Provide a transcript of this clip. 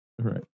Right